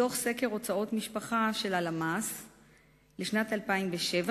מתוך סקר הוצאות משפחה של הלשכה המרכזית לסטטיסטיקה לשנת 2007,